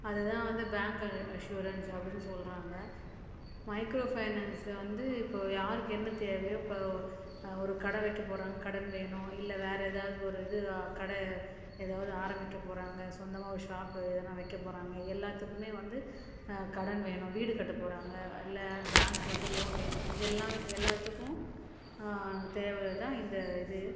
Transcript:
அதுதான் வந்து bank assurance அப்படின்னு சொல்கிறாங்க மைக்ரோ ஃபைனான்ஸ் வந்து இப்போ யாருக்கு என்ன தேவையோ இப்போ ஒரு கடை வைக்க போகிறாங்க கடன் வேணும் இல்லை வேற ஏதாவது ஒரு இது கடை ஏதாவது ஆரம்பிக்க போகிறாங்க சொந்தமாக ஒரு ஷாப்பு எதனால் வைக்க போகிறாங்க எல்லாத்துக்குமே வந்து கடன் வேணும் வீடு கட்டப்போகிறாங்க இல்லை பேங்க் வந்து லோன் வேணும் இது எல்லாம் எல்லாத்துக்கும் தேவைதான் இந்த இது